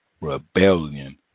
Rebellion